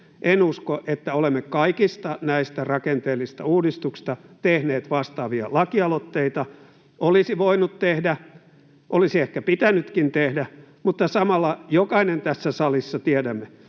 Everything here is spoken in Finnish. En usko, että olemme kaikista näistä rakenteellisista uudistuksista tehneet vastaavia lakialoitteita. Olisi voinut tehdä, olisi ehkä pitänytkin tehdä, mutta samalla jokainen tässä salissa tiedämme,